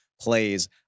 plays